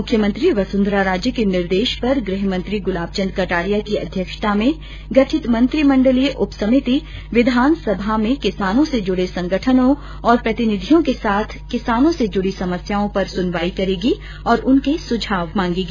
मुख्यमंत्री वसुन्धरा राजे के निर्देश पर गृहमंत्री गुलाबचंद कटारिया की अध्यक्षता में गठित मंत्रिमण्डलीय उप समिति विधानसभा में किसानों से जुड़े संगठनों और प्रतिनिधियों के साथ किसानों से जूड़ी समस्याओं पर सुनवाई करेगी और उनके सुझाव मांगेंगी